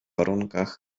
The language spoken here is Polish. warunkach